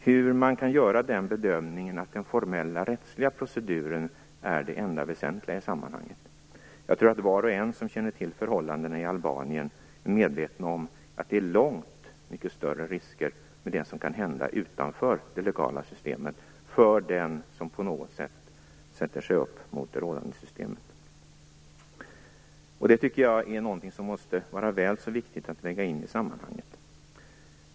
Hur kan man göra den bedömningen att den formella rättsliga proceduren är det enda väsentliga i sammanhanget? Jag tror att var och en som känner till förhållandena i Albanien är medvetna om att det är långt mycket större risker förknippade med det som kan hända utanför det legala systemet för den som på något sätt sätter sig upp mot det rådande systemet. Det tycker jag är någonting som måste vara väl så viktigt att väga in i sammanhanget.